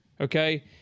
Okay